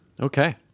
Okay